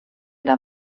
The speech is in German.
der